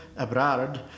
Ebrard